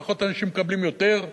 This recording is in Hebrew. פחות אנשים מקבלים יותר.